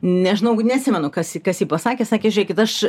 nežinau neatsimenu kas kas jį pasakė sakė žiūrėkit aš